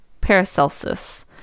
Paracelsus